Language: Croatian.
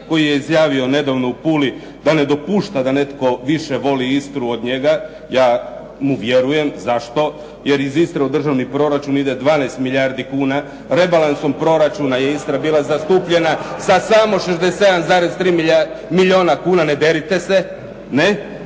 koji je izjavio nedavno u Puli da ne dopušta da netko više voli Istru od njega, ja mu vjerujem. Zašto? Jer iz Istre u državni proračun ide 12 milijardi kuna, rebalansom proračuna je Istra bila zastupljena sa samo 67,3 milijuna kuna. Ne derite se! Pa